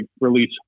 release